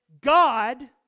God